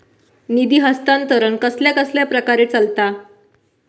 निधी हस्तांतरण कसल्या कसल्या प्रकारे चलता?